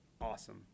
Awesome